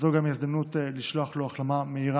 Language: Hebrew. זו גם ההזדמנות לשלוח לו החלמה מהירה.